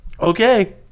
okay